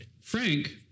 Frank